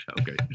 okay